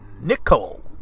Nicole